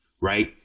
right